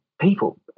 People